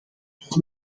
toch